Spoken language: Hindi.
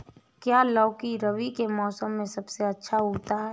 क्या लौकी रबी के मौसम में सबसे अच्छा उगता है?